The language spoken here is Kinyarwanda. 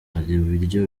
ibiryo